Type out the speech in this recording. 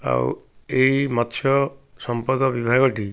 ଆଉ ଏଇ ମତ୍ସ୍ୟ ସମ୍ପଦ ବିଭାଗଟି